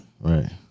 Right